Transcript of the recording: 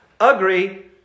Agree